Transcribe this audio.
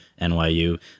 NYU